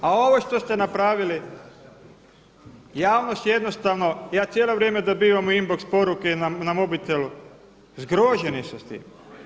A ovo što ste napravili javnost jednostavno, ja cijelo vrijeme dobivam u inbox poruke na mobitel, zgroženi su s tim.